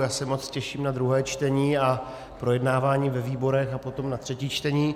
Já se moc těším na druhé čtení a projednávání ve výborech a potom na třetí čtení.